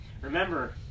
Remember